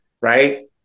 Right